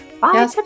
Bye